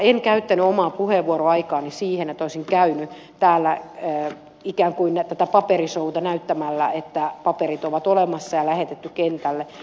en käyttänyt omaa puheenvuoroaikaani siihen että olisin käynyt täällä ikään kuin tätä paperishowta näyttämällä että paperit ovat olemassa ja ne on lähetetty kentälle